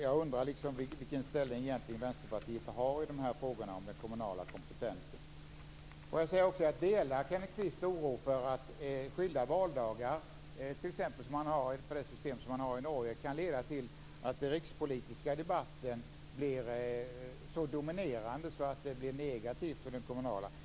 Jag undrar vilken ställning Vänsterpartiet egentligen intar i de här frågorna om den kommunala kompetensen. Kenneth Kvist åberopar också att skilda valdagar, t.ex. enligt det system som man har i Norge, kan leda till att den rikspolitiska debatten blir så dominerande att den inverkar negativt på den kommunala.